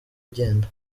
genda